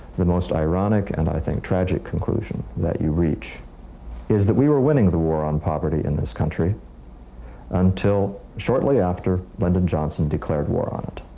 the most ironic and i think tragic conclusion that you reach is that we were winning the war on poverty in this country until shortly after lyndon johnson declared war on